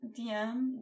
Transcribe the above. DM